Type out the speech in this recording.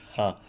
ah